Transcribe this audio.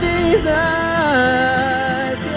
Jesus